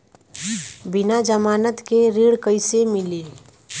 बिना जमानत के ऋण कईसे मिली?